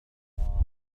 الصباح